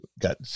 got